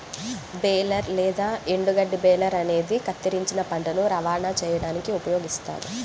baler లేదా ఎండుగడ్డి baler అనేది కత్తిరించిన పంటను రవాణా చేయడానికి ఉపయోగిస్తారు